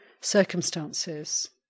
circumstances